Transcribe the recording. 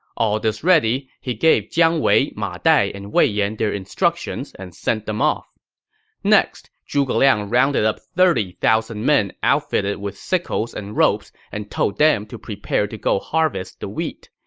all this ready, he gave jiang wei, ma dai, and wei yan their instructions and send them off next, zhuge liang rounded up thirty thousand men outfitted with sickles and ropes and told them to prepare to go harvest the wheat.